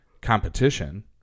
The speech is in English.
competition